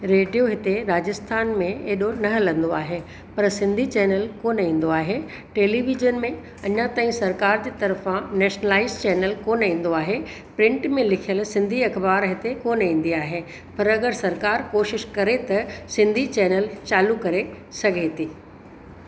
radio हिते राजस्थान में एॾो न हलंदो आहे पर सिंधी चैनल कोन ईंदो आहे टेलीवीजन में अञा ताईं सरकार जी तर्फ़ा नैशनलाइज चैनल कोन ईंदो आहे प्रिंट में लिखियलु सिंधी अख़बारु हिते कोन ईंदी आहे पर अगरि सरकार कोशिश करे त सिंधी चैनल चालू करे सघे थी